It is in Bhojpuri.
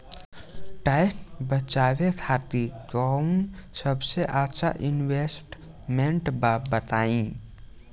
टैक्स बचावे खातिर कऊन सबसे अच्छा इन्वेस्टमेंट बा बताई?